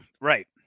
Right